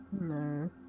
No